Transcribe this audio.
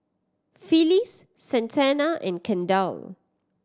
Phyllis Santana and Kendall